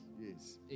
Yes